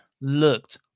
looked